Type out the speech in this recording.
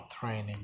training